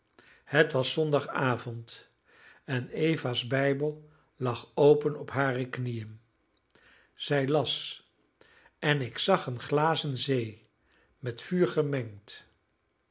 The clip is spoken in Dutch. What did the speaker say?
het was zondagavond en eva's bijbel lag open op hare knieën zij las en ik zag een glazen zee met vuur gemengd